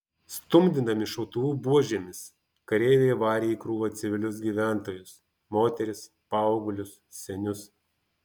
stumdydami šautuvų buožėmis kareiviai varė į krūvą civilius gyventojus moteris paauglius senius